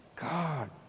God